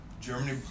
Germany